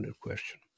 question